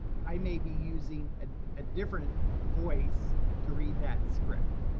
i may be using a ah different voice to read that script.